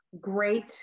great